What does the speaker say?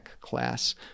class